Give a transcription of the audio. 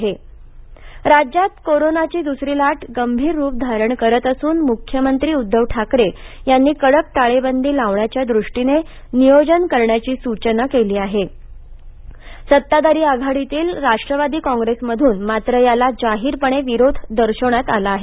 टाळेबंदी विरोध प्रफ़ल पटेल राज्यात करोनाची दुसरी लाट गंभीर रूप धारण करत असून मुख्यमंत्री उद्धव ठाकरे यांनी कडक टाळेबंदी लावण्याच्या दृष्टीने नियोजन करण्याची सूचना केली असून सत्ताधारी आघाडीतील राष्ट्रवादी काँप्रेसमधून मात्र याला जाहीरपणे विरोध दर्शवण्यात आला आहे